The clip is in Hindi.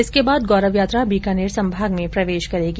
इसके बाद गौरव यात्रा बीकानेर संभाग में प्रवेश करेगी